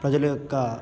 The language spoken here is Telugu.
ప్రజల యొక్క